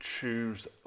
choose